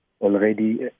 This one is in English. already